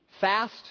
Fast